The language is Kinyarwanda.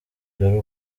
dore